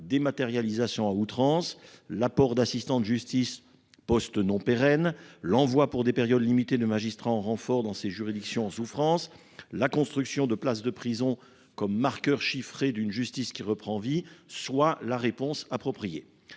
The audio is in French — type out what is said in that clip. dématérialisation à outrance, l'apport d'assistants de justice- postes non pérennes -, l'envoi pour des périodes limitées de magistrats en renfort dans ces juridictions en souffrance ou encore la construction de places de prison comme marqueurs chiffrés d'une justice qui reprend vie soient la réponse appropriée.